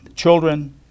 children